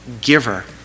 giver